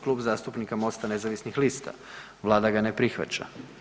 Klub zastupnika MOST-a nezavisnih lista vlada ga ne prihvaća.